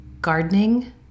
gardening